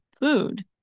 food